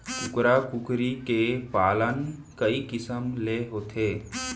कुकरा कुकरी के पालन कई किसम ले होथे